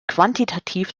quantitativ